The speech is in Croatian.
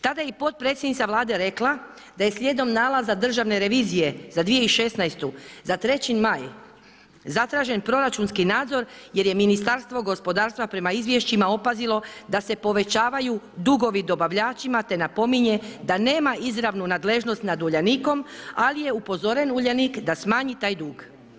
Tada je i potpredsjednica Vlade rekla da je slijedom nalaza državne revizije za 2016. za Treći Maj zatražen proračunski nadzor jer je Ministarstvo gospodarstva prema izvješćima opazilo da se povećavaju dugovi dobavljačima te napominje da nema izravnu nadležnost nad Uljanikom ali je upozoren Uljanik da smanji taj dug.